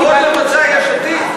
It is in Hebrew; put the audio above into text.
אנחנו מתייחסים בכבוד למצע יש עתיד.